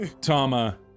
Tama